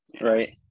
Right